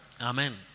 Amen